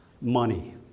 money